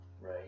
right